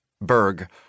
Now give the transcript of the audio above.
Berg